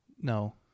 No